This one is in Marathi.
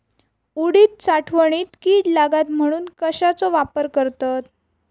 उडीद साठवणीत कीड लागात म्हणून कश्याचो वापर करतत?